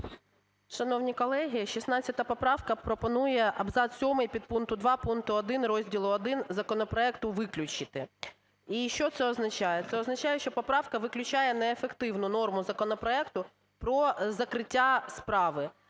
Шановні колеги, 16 поправка пропонує абзац 7 підпункту 2 пункту 1 розділу І законопроекту виключити. І що це означає? Це означає, що поправка виключає неефективну норму законопроекту про закриття справи,